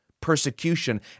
persecution